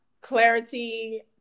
clarity